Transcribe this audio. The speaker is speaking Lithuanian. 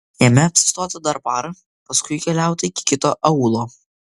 jame apsistota dar parą paskui keliauta iki kito aūlo